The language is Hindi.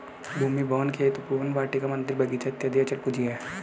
भूमि, भवन, खेत, उपवन, वाटिका, मन्दिर, बगीचा इत्यादि अचल पूंजी है